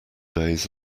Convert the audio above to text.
days